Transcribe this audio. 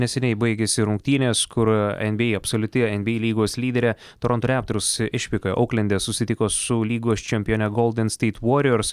neseniai baigėsi rungtynės kur en bei absoliuti en bei lygos lyderė toronto reptors išvykoje ouklende susitiko su lygos čempione golden steit voriors